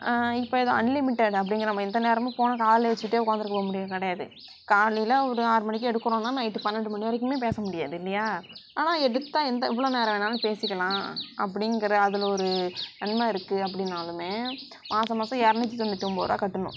இப்போ இதான் அன்லிமிட்டட் அப்படிங்கிற நம்ம எந்த நேரமும் ஃபோனு காதில் வெச்சிகிட்டே உக்காந்துருக்கவா முடியும் கிடையாது காலைல ஒரு ஆறு மணிக்கு எடுக்கிறோன்னா நைட்டு பன்னெண்டு மணி வரைக்கும் பேச முடியாது இல்லையா ஆனால் எடுத்தால் எந்த எவ்வளோ நேரம் வேணாலும் பேசிக்கலாம் அப்படிங்கிற அதில் ஒரு நன்மை இருக்கு அப்படினாலுமே மாசம் மாசம் இரநூத்தி தொண்ணூற்றி ஒம்போது ரூபா கட்டணும்